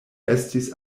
estis